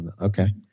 okay